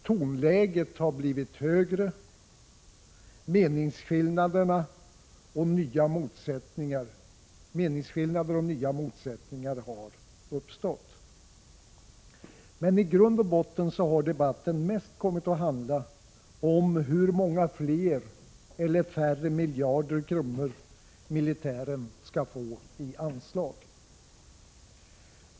Tonläget har blivit högre, meningsskillnader och nya motsättningar har uppstått. Men i grund och botten har debatten mest kommit att handla om hur många fler eller färre miljarder kronor militären skall få i anslag.